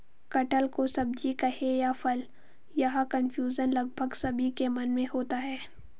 कटहल को सब्जी कहें या फल, यह कन्फ्यूजन लगभग सभी के मन में होता है